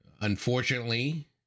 Unfortunately